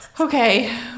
Okay